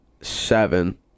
seven